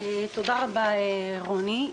תודה רבה, רוני.